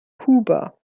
kuba